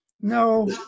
no